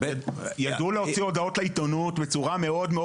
ידעו להוציא הודעות לעיתונות בצורה מאוד מאוד